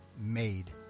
made